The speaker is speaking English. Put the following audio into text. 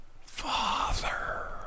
Father